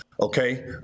okay